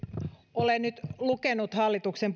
olen nyt lukenut hallituksen